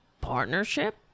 partnership